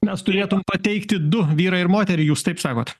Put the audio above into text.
mes turėtum pateikti du vyrą ir moterį jūs taip sakot